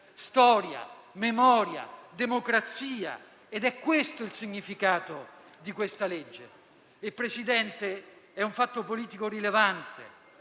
storia, memoria, democrazia: è questo il significato di questa legge. Signor Presidente, è un fatto politico rilevante